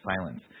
Silence